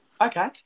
Okay